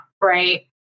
Right